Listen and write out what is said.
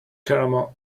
caramel